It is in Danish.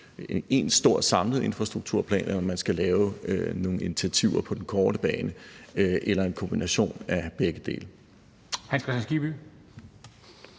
én stor samlet infrastrukturplan, eller om man skal lave nogle initiativer på den korte bane eller en kombination af begge dele. Kl.